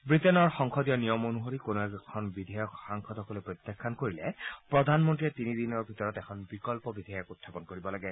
ৱিটেইনৰ সংসদীয় নিয়ম অনুসৰি কোনো এখন বিধেয়ক সাংসদসকলে প্ৰত্যাখ্যান কৰিলে প্ৰধানমন্ত্ৰীয়ে তিনিদিনৰ ভিতৰত এখন বিকল্প বিধেয়ক উখাপন কৰিব লাগে